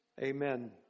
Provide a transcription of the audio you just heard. amen